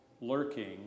lurking